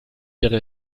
ihre